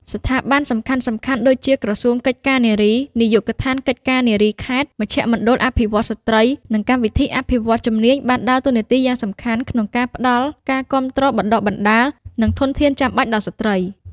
ស្ថាប័នសំខាន់ៗដូចជា ក្រសួងកិច្ចការនារី នាយកដ្ឋានកិច្ចការនារីខេត្ត មជ្ឈមណ្ឌលអភិវឌ្ឍន៍ស្ត្រី និងកម្មវិធីអភិវឌ្ឍន៍ជំនាញបានដើរតួនាទីយ៉ាងសំខាន់ក្នុងការផ្តល់ការគាំទ្រ បណ្តុះបណ្តាល និងធនធានចាំបាច់ដល់ស្ត្រី។